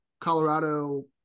Colorado